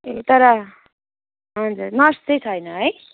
ए तर हजुर नर्स चाहिँ छैन है